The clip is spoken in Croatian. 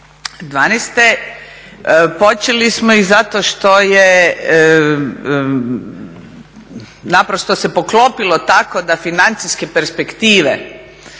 2012. Počeli smo ih zato što je naprosto se poklopilo tako da financijske perspektive